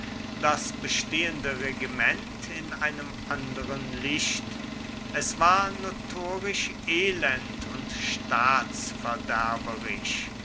das bestehende regiment in einem anderen licht es war notorisch elend und